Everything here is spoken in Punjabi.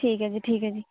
ਠੀਕ ਹੈ ਜੀ ਠੀਕ ਹੈ ਜੀ